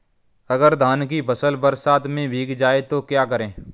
अगर धान की फसल बरसात में भीग जाए तो क्या करें?